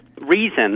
reason